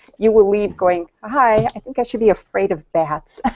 you will leave going, i think i should be afraid of bats.